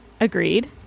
Agreed